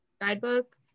guidebook